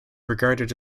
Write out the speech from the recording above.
regarded